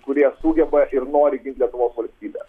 kurie sugeba ir nori gint lietuvos valstybę